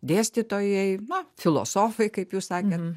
dėstytojai na filosofai kaip jūs sakėt